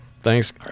Thanks